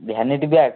vanity bag